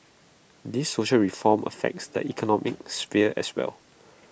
these social reforms affects the economic sphere as well